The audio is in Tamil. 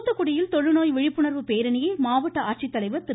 தூத்துக்குடியில் தொழுநோய் விழிப்புணர்வு பேரணியை மாவட்ட ஆட்சித்தலைவா் திரு